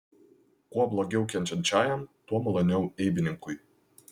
kuo blogiau kenčiančiajam tuo maloniau eibininkui